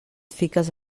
fiques